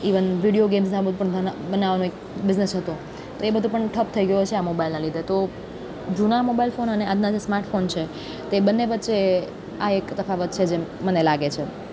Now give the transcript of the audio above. even video ગેમ્સના બનાવ એક business હતો તો એ બધો પણ ઠપ થઈ ગયો છે આ મોબાઈલના લીધે તો જૂના મોબાઈલ ફોન અને આજના જે સ્માર્ટફોન છે તે બંને વચ્ચે આ એક તફાવત છે જે મને લાગે છે